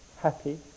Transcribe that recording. happy